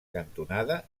cantonada